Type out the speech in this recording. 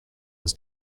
was